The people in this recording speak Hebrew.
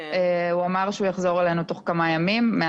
הוא אמר שהוא יחזור אלינו תוך כמה ימים.